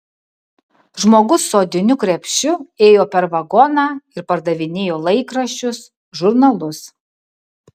žmogus su odiniu krepšiu ėjo per vagoną ir pardavinėjo laikraščius žurnalus